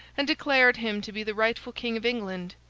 and declared him to be the rightful king of england,